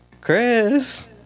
Chris